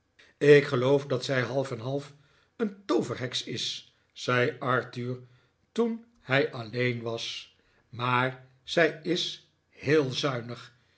ik geloof dat zij half en half een tooverheks is zei arthur toen hij alleen was maar zij is heel zuinig